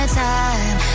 time